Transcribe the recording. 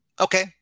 Okay